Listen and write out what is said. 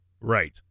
Right